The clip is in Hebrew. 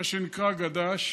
מה שנקרא גד"ש.